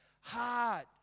hard